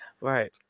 Right